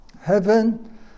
Heaven